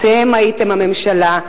אתם הייתם הממשלה,